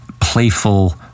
playful